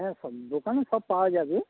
হ্যাঁ সব দোকানে সব পাওয়া যাবে